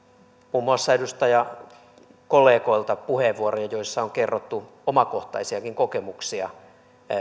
muun muassa edustajakollegoilta puheenvuoroja joissa on kerrottu omakohtaisiakin kokemuksia